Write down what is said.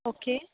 okay